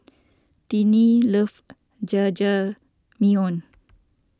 Tinnie love Jajangmyeon